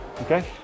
okay